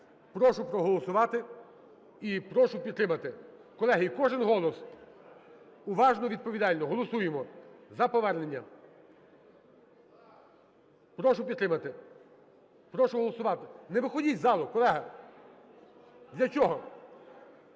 Прошу проголосувати і прошу підтримати. Колеги, кожен голос уважно і відповідально, голосуємо за повернення. Прошу підтримати, прошу голосувати. не виходьте з залу, колега. Для чого?